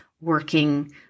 working